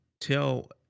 tell